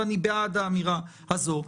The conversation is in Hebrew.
ואני בעד האמירה הזאת,